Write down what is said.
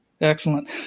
Excellent